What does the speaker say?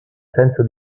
senso